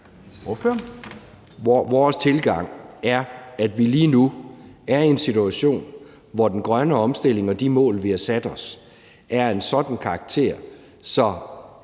Vores tilgang er, at vi lige nu er i en situation, hvor den grønne omstilling og de mål, vi har sat os, er af en sådan karakter, at